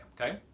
okay